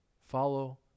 Follow